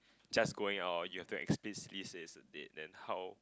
just going out you have to explicitly say it's a date then how